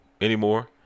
anymore